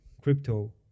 crypto